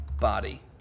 body